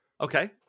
Okay